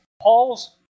Paul's